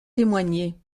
témoigner